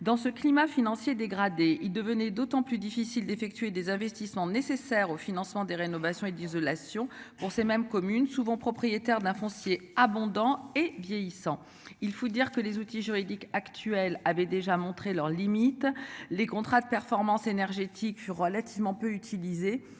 dans ce climat financier dégradé, il devenait d'autant plus difficile d'effectuer des investissements nécessaires au financement de rénovation et d'isolation pour ces mêmes communes souvent propriétaire d'un foncier abondant et vieillissant. Il faut dire que les outils juridiques actuels avait déjà montré leurs limites. Les contrats de performance énergétique. Relativement peu utilisé